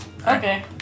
Okay